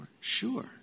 Sure